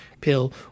pill